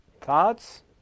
Thoughts